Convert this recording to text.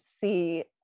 see